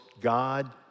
God